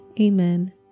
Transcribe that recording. Amen